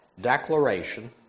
declaration